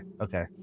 okay